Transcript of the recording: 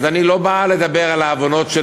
אז אני לא בא לדבר על העוונות של